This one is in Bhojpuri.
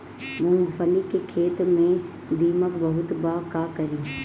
मूंगफली के खेत में दीमक बहुत बा का करी?